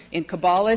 in caballes,